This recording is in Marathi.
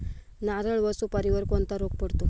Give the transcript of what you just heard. नारळ व सुपारीवर कोणता रोग पडतो?